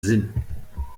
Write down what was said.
sinn